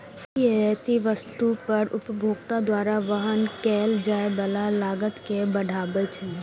ई आयातित वस्तु पर उपभोक्ता द्वारा वहन कैल जाइ बला लागत कें बढ़बै छै